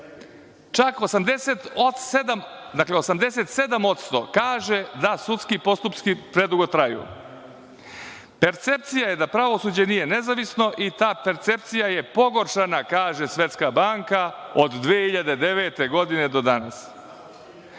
čak 87% kaže da sudski postupci predugo traju. Percepcija je da pravosuđe nije nezavisno i ta percepcija je pogoršana, kaže Svetska banka, od 2009. godine do danas.